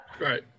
right